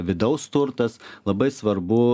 vidaus turtas labai svarbu